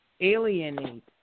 alienate